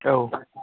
औ